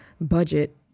budget